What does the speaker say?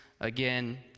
again